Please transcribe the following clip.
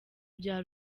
bya